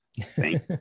Thank